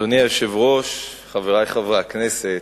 אדוני היושב-ראש, חברי חברי הכנסת,